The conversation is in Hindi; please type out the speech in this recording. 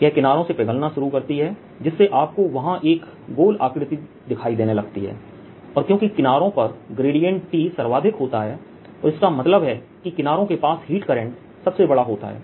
यह किनारों से पिघलना शुरू करती है जिससे आपको वहां एक गोल आकृति दिखाई देने लगती है और क्योंकि किनारों पर T सर्वाधिक होता है और इसका मतलब है कि किनारों के पास हीट करंट सबसे बड़ा होता है